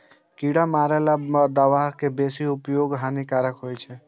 कीड़ा मारै बला दवा के बेसी उपयोग हानिकारक होइ छै